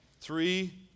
Three